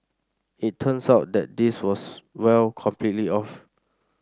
it turns out that this was well completely off